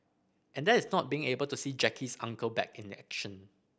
and that is not being able to see Jackie's Uncle back in action